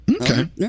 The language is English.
Okay